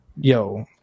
yo